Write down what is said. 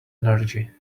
energy